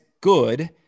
good